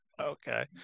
Okay